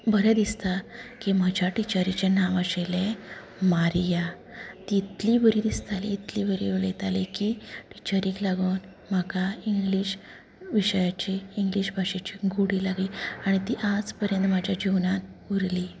बरें दिसता की म्हज्या टिचरीचें नांव आशिल्लें मारिया ती इतली बरीं दिसताली इतली बरी उलयताली की टिचरीक लागून म्हाका इंग्लीश विशयाची इंग्लीश भाशेची गोडी लागली आनी ती आज पर्यंत म्हाज्या जिवनांत उरली